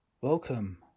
welcome